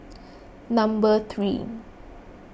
number three